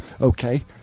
okay